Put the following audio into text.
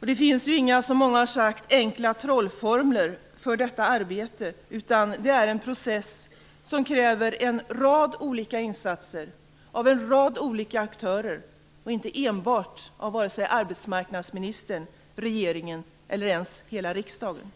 Det finns, som många har sagt, inga enkla trollformler för detta arbete, utan det är en process som kräver en rad olika insatser av en rad olika aktörer, inte enbart av vare sig arbetsmarknadsministern, regeringen eller ens hela riksdagen.